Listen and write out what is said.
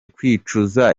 kwicuza